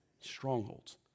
strongholds